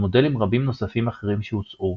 ומודלים רבים נוספים אחרים שהוצעו,